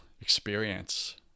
experience